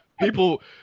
People